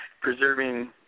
preserving